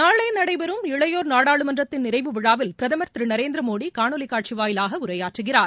நாளை நடைபெறவுள்ள இளையோா் நாடாளுமன்றத்தின் நிறைவு விழாவில் பிரதமா் திரு நரேந்திரமோடி காணொலி காட்சி வாயிலாக உரையாற்றுகிறார்